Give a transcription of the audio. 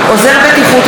שעה) (עוזר בטיחות),